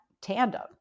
tandem